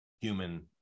human